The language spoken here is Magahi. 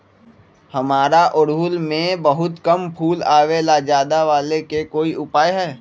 हमारा ओरहुल में बहुत कम फूल आवेला ज्यादा वाले के कोइ उपाय हैं?